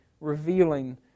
revealing